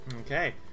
Okay